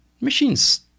Machines